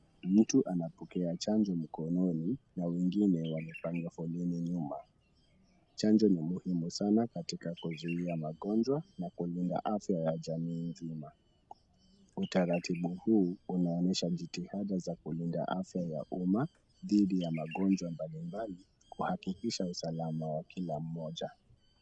Mtu anapokea chanjo mkononi na wengine wamepanga foleni nyuma, chanjo ni muhimu sana katika kuzuia magonjwa na kulinda afya ya jamii nzima, utaratibu huu unaonyesha jitihada za kulinda afya ya umma dhidi ya magonjwa mbalimbali kuhakikisha usalama wa kila mmoja.